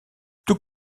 tout